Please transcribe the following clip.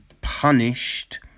punished